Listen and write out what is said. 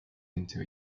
into